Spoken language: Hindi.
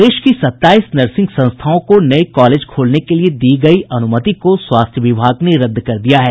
प्रदेश की सत्ताईस नर्सिंग संस्थाओं को नये कॉलेज खोलने के लिये दी गयी अनुमति को स्वास्थ्य विभाग ने रद्द कर दिया है